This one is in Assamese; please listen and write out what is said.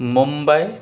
মুম্বাই